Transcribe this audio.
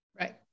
right